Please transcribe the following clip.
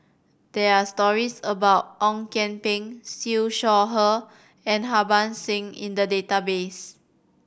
there are stories about Ong Kian Peng Siew Shaw Her and Harbans Singh in the database